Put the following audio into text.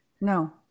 No